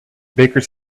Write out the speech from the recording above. bakers